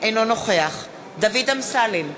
אינו נוכח דוד אמסלם,